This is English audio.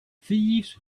thieves